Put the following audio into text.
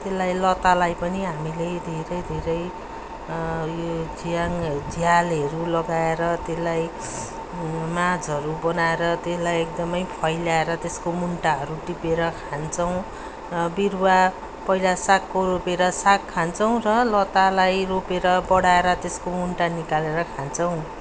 त्यसलाई लतालाई पनि हामीले धैरै धेरै यो झ्याँङहरू झ्यालहरू लगाएर त्यसलाई माचहरू बनाएर त्यसलाई एकदमै फैलाएर त्यसको मुन्टाहरू टिपेर खान्छौँ बिरुवा पैला सागको रोपेर साग खान्छौँ र लतालाई रोपेर बढाएर त्यसको मुन्टा निकालेर खान्छौँ